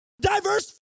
diverse